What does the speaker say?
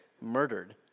murdered